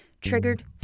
triggered